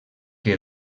que